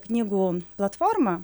knygų platforma